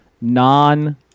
non